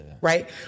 Right